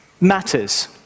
matters